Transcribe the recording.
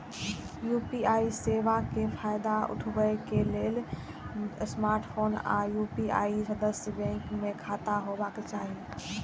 UPI सेवा के फायदा उठबै लेल स्मार्टफोन आ यू.पी.आई सदस्य बैंक मे खाता होबाक चाही